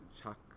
Chuck